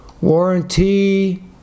warranty